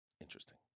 Interesting